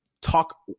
talk